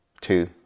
two